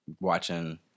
watching